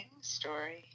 story